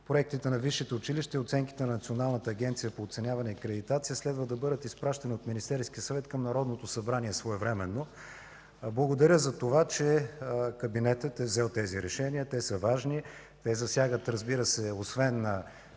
Проектите на висшите училища и оценките на Националната агенция по оценяване и кредитация следва да бъдат изпращани от Министерския съвет към Народното събрание своевременно. Благодаря за това, че кабинетът е взел тези решения. Те са важни, те засягат, разбира се, освен